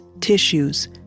tissues